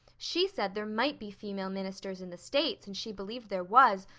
she said there might be female ministers in the states and she believed there was,